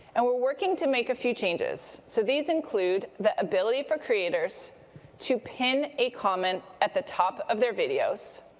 and we're working to make a few changes. and so these include the ability for creators to pin a comment at the top of their videos,